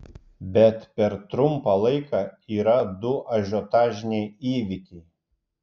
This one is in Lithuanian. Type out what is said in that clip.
bet per trumpą laiką yra du ažiotažiniai įvykiai